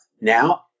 Now